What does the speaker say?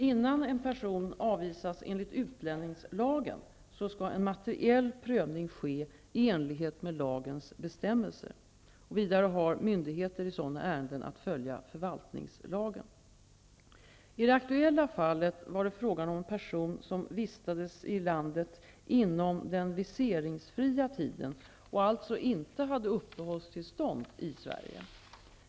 Innan en persom avvisas enligt utlänningslagen skall en materiell prövning ske i enlighet med lagens bestämmelser. Vidare har myndigheter i sådana ärenden att följa förvaltningslagen. I det aktuella fallet var det fråga om en person som vistades i landet inom den viseringsfria tiden och alltså inte hade uppehållstillstånd i Sverige.